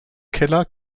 keller